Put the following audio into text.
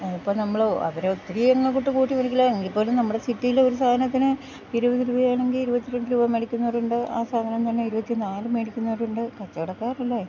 അതിപ്പ നമ്മള് അവരൊത്തിരി അങ്ങോട്ട് കൂട്ടി മേടിക്കില്ല എങ്കി പോലും നമ്മടെ സിറ്റീലൊരു സാധനത്തിന് ഇര്പത് രൂപയാണങ്കി ഇരുപത്രണ്ട് രൂപ മേടിക്ക്ന്നവര്ണ്ട് ആ സാധനം തന്നെ ഇരുപത്തിനാല് മേടിക്ക്ന്നവര്ണ്ട് കച്ചവടക്കാരല്ലേ